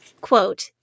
quote